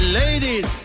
ladies